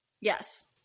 Yes